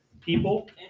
people